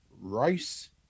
rice